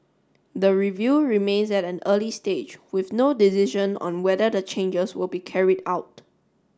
the review remains at an early stage with no decision on whether the changes will be carried out